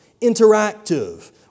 interactive